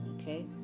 okay